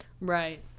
Right